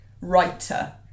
writer